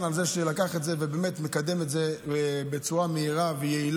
על זה שלקח את זה ומקדם את זה בצורה מהירה ויעילה,